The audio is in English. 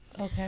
okay